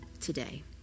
today